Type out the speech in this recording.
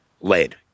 lead